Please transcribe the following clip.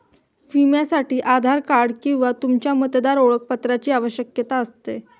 विम्यासाठी आधार कार्ड किंवा तुमच्या मतदार ओळखपत्राची आवश्यकता असते